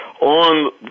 on